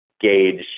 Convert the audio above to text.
gauge